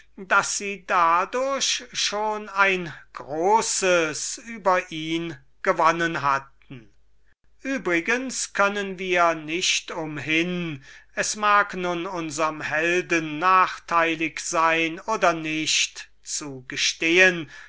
daß sie dadurch schon ein großes über ihn gewonnen hatten übrigens können wir nicht umhin es mag nun unserm helden nachteilig sein oder nicht